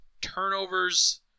turnovers